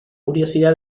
curiosidad